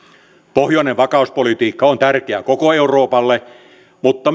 pohjoinen vakauspolitiikka on tärkeää koko euroopalle mutta